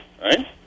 Right